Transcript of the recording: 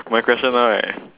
my question now right